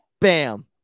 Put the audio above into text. Bam